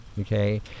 okay